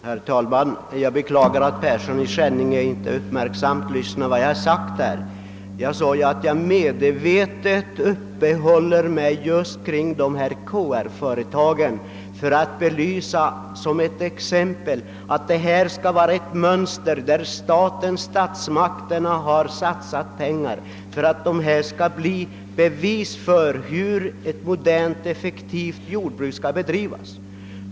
Herr talman! Jag beklagar att herr Persson i Skänninge inte uppmärksamt lyssnade på mitt anförande. Jag sade att jag medvetet uppehöll mig vid KR företagen för att belysa hurudana förhållandena är på jordbruk där statsmakterna satsat pengar för att de skall bli exempel på hur ett modernt, effektivt jordbruk skall bedrivas.